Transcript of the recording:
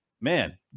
man